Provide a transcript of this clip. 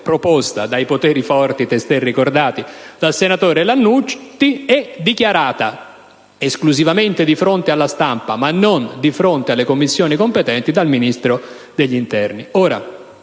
proposta dai poteri forti testé ricordati dal senatore Lannutti e dichiarata esclusivamente di fronte alla stampa, ma non di fronte alle Commissioni competenti, dal Ministro dell'interno.